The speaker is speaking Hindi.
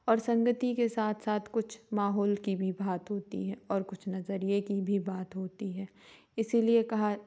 और संगति के साथ साथ कुछ माहौल की भी बात होती है और कुछ नजरिए की भी बात होती है इसीलिए कहा